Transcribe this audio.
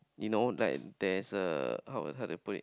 you know like there's a how how to put it